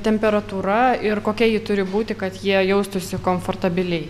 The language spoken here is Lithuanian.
temperatūra ir kokia ji turi būti kad jie jaustųsi komfortabiliai